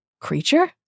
Creature